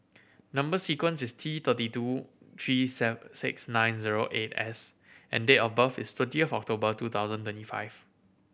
number sequence is T thirty two three seven six nine zero eight S and date of birth is twentieth October two thousand twenty five